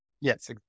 Yes